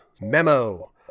Memo